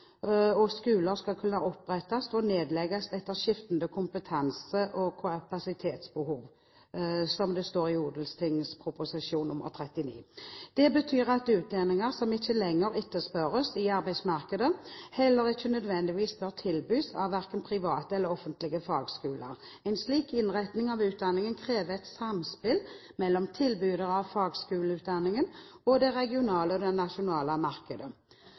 og skoler skal kunne opprettes og nedlegges etter skiftende kompetanse- og kapasitetsbehov», som det står i Ot.prp. nr. 39 for 2006-2007. Det betyr at utdanninger som ikke lenger etterspørres i arbeidsmarkedet, heller ikke nødvendigvis bør tilbys av verken private eller offentlige fagskoler. En slik innretning av utdanningen krever et samspill mellom tilbydere av fagskoleutdanning og det regionale og det nasjonale